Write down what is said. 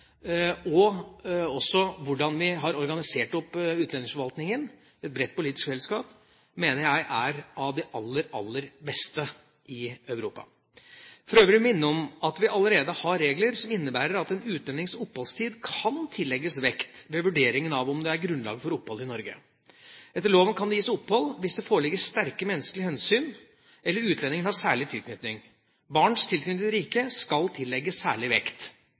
og også hvordan vi har organisert utlendingsforvaltningen – et bredt politisk felleskap – mener jeg er av det aller, aller beste i Europa. For øvrig vil jeg minne om at vi allerede har regler som innebærer at en utlendings oppholdstid kan tillegges vekt ved vurderingen av om det er grunnlag for opphold i Norge. Etter loven kan det gis opphold hvis det foreligger sterke menneskelige hensyn eller utlendingen har særlig tilknytning. Barns tilknytning til riket skal tillegges særlig vekt.